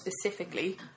specifically